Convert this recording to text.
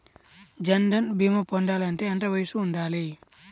జన్ధన్ భీమా పొందాలి అంటే ఎంత వయసు ఉండాలి?